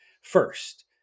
first